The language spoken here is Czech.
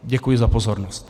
Děkuji za pozornost.